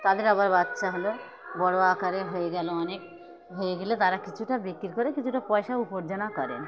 তাদের আবার বাচ্চা হল বড় আকারে হয়ে গেল অনেক হয়ে গেলে তারা কিছুটা বিক্রি করে কিছুটা পয়সা উপার্জন করেন